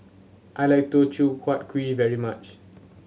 I like Teochew Huat Kuih very much